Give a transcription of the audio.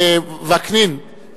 וקנין,